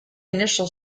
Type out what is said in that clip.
initial